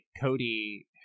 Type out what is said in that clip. Cody